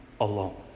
alone